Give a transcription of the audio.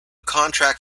contract